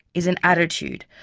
is an attitude,